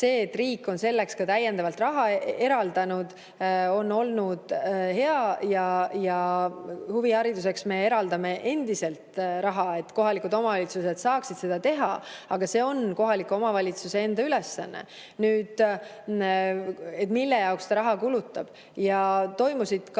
See, et riik on selleks ka täiendavalt raha eraldanud, on olnud hea. Huvihariduseks me eraldame endiselt raha, et kohalikud omavalitsused saaksid seda [pakkuda]. Aga see on kohaliku omavalitsuse enda ülesanne. Omavalitsus otsustab, mille jaoks ta seda raha kulutab. Toimusid ju